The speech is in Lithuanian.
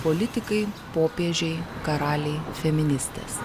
politikai popiežiai karaliai feministės